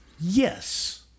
Yes